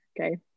Okay